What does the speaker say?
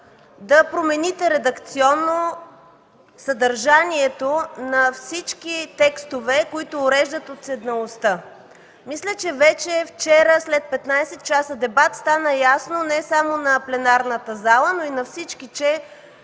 да промените редакционно съдържанието на всички текстове, които уреждат уседналостта. Мисля, че вчера след 15 часа дебат стана ясно не само на пленарната зала, но и на всички, че